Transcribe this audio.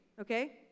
okay